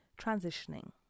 Transitioning